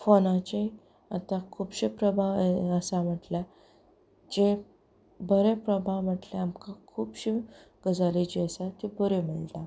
फोनाचे आतां खुबशे प्रभाव आसा म्हटल्यार जे बरे प्रभाव म्हटल्यार आमकां खुबश्यो गजाली ज्यो आसात त्यो बऱ्यो मेळटा